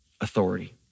authority